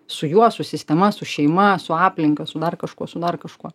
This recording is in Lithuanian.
su juo su sistema su šeima su aplinka su dar kažkuo su dar kažkuo